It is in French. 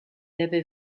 avait